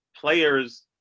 players